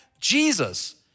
Jesus